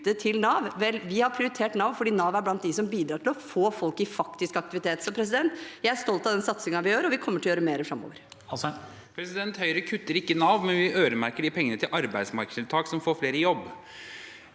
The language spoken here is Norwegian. vi har prioritert Nav fordi Nav er blant dem som bidrar til å få folk i faktisk aktivitet. Jeg er stolt av den satsingen vi gjør, og vi kommer til å gjøre mer framover. Henrik Asheim (H) Høyre kutter ikke i Nav, men vi øremerker de pengene til arbeidsmarkedstiltak som får flere i jobb.